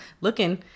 looking